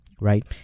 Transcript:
right